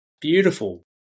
beautiful